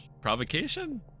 provocation